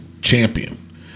champion